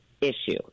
issue